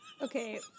Okay